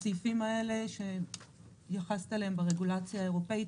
הסעיפים האלה שהתייחסת אליהם ברגולציה האירופית,